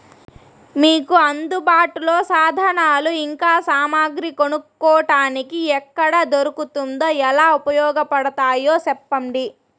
మీకు అందుబాటులో సాధనాలు ఇంకా సామగ్రి కొనుక్కోటానికి ఎక్కడ దొరుకుతుందో ఎలా ఉపయోగపడుతాయో సెప్పండి?